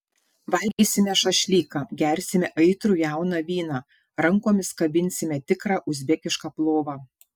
valgysime šašlyką gersime aitrų jauną vyną rankomis kabinsime tikrą uzbekišką plovą